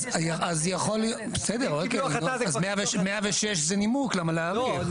אז בסדר, 106 זה נימוק למה להאריך.